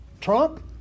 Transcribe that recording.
Trump